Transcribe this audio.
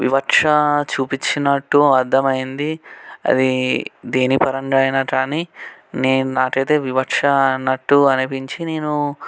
వివక్ష చూపించినట్టు అర్థమైంది అది దేనిపరంగా అయినా కానీ నేను నాకైతే వివక్ష అన్నట్టు అనిపించి నేను